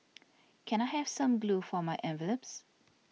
can I have some glue for my envelopes